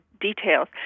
details